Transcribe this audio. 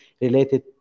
related